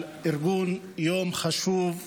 על ארגון יום חשוב זה.